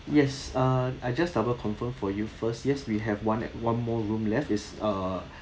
yes uh I just double confirm for you first yes we have one at one more room left it's err